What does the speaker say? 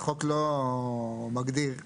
החוק לא מגדיר את,